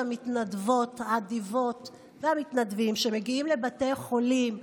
המתנדבות האדיבות והמתנדבים שמגיעים לבתי חולים,